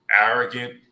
arrogant